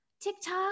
TikTok